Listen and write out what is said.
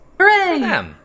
Hooray